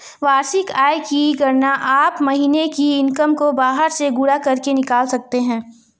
वार्षिक आय की गणना आप महीने की इनकम को बारह से गुणा करके निकाल सकते है